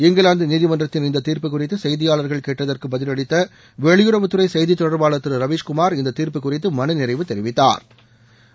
இங்கிலாந்து நீதிமன்றத்தின் இந்த தீர்ப்பு குறித்து செய்தியாளர்கள் கேட்டதற்கு பதிலளித்த வெளியுறவுத்துறை செய்தி தொடர்பாளர் திரு ரவீஸ்குமார் இந்த தீர்ப்பு குறித்து மன நிறைவு தெரிவித்தாா்